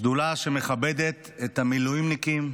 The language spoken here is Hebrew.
שדולה שמכבדת את המילואימניקים,